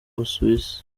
busuwisi